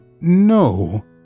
No